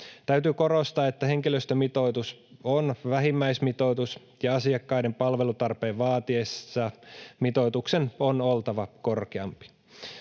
Täytyy korostaa, että henkilöstömitoitus on vähimmäismitoitus ja asiakkaiden palvelutarpeen vaatiessa mitoituksen on oltava korkeampi.